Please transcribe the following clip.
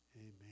Amen